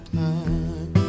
time